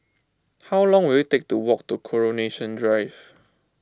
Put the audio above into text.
how long will it take to walk to Coronation Drive